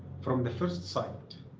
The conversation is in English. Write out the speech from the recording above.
from the first sight,